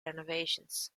renovations